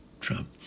Trump